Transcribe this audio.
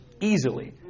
easily